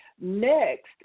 Next